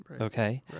okay